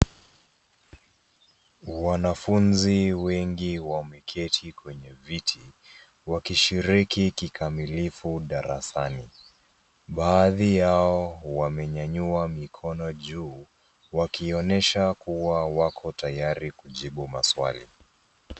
Wanafunzi wengi wameketi kwenye viti , wakishiriki kikamilifu darasani. Baadhi yao wamenyanyua mikono juu, wakionyesha kuwa wako tayari kujibu maswali.